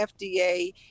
FDA